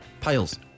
piles